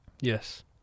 Yes